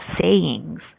sayings